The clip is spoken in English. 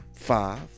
five